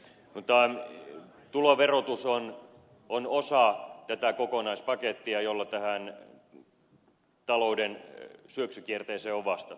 mutta tuloverotus on osa tätä kokonaispakettia jolla tähän talouden syöksykierteeseen on vastattu